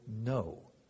no